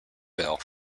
bill